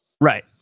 Right